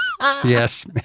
Yes